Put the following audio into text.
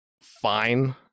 fine